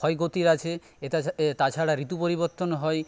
ক্ষয়ক্ষতির আছে এটা তাছাড়া ঋতু পরিবর্তন হয়